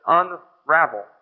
unravel